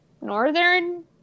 northern